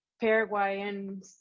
Paraguayan